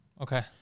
Okay